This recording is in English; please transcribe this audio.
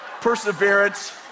perseverance